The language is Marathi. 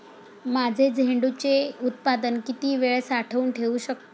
माझे झेंडूचे उत्पादन किती वेळ साठवून ठेवू शकतो?